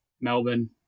Melbourne